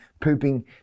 pooping